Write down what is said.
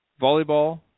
volleyball